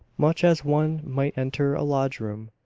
much as one might enter a lodge-room,